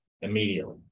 immediately